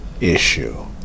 issue